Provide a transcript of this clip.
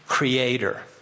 Creator